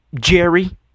jerry